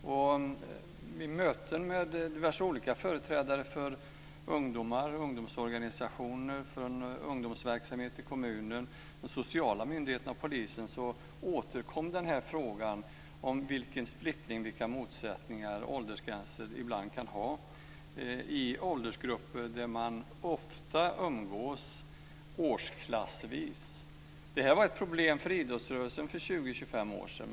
Vid möten med diverse olika företrädare för ungdomar, ungdomsorganisationer, ungdomsverksamhet i kommunen, de sociala myndigheterna och polisen återkom frågan om vilken splittring och vilka motsättningar åldersgränsen ibland kunde ha i åldersgrupper där man ofta umgås årsklassvis. Det här var ett problem för idrottsrörelsen för 20 25 år sedan.